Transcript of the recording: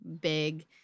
big